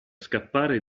scappare